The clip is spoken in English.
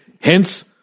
Hence